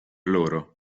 loro